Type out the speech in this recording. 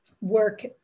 work